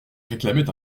réclamait